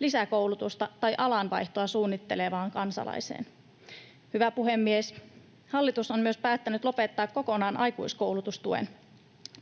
lisäkoulutusta tai alan vaihtoa suunnittelevaan kansalaiseen. Hyvä puhemies! Hallitus on myös päättänyt lopettaa kokonaan aikuiskoulutustuen.